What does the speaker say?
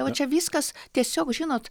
va čia viskas tiesiog žinot